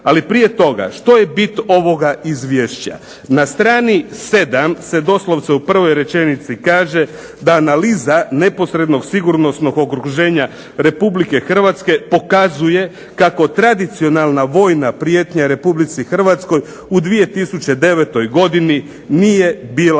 Ali prije toga, što je bit ovog izvješća? Na strani 7. se doslovce u prvoj rečenici kaže da analiza neposrednog sigurnosnog okruženja Republike Hrvatske pokazuje kako tradicionalna vojna prijetnja Republici Hrvatskoj u 2009. godini nije bila